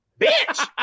bitch